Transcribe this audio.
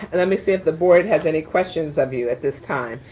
and let me see if the board has any questions of you at this time.